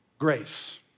grace